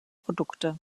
produkte